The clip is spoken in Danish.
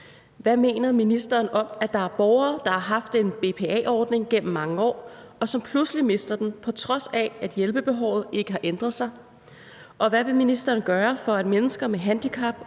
Hvad mener ministeren om, at der er borgere, der har haft en BPA-ordning gennem mange år, og som pludselig mister den, på trods af at hjælpebehovet ikke har ændret sig, og hvad vil ministeren gøre, for at mennesker med handicap